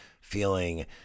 Feeling